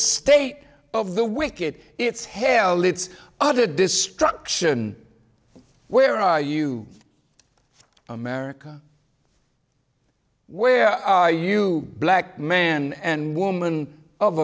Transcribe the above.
state of the wicked it's hell it's utter destruction where are you america where are you black man and woman of